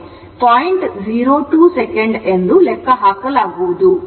02 second ಎಂದು ಲೆಕ್ಕಹಾಕಲಾಗುವುದು